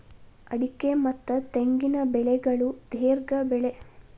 ಅಡಿಕೆ ಮತ್ತ ತೆಂಗಿನ ಬೆಳೆಗಳು ದೇರ್ಘ ಬೆಳೆ